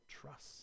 trust